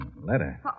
Letter